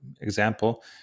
example